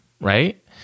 Right